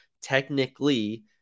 technically